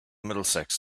middlesex